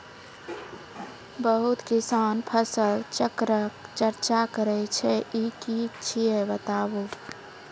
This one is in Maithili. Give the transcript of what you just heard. बहुत किसान फसल चक्रक चर्चा करै छै ई की छियै बताऊ?